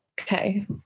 okay